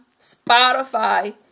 Spotify